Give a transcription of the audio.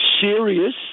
serious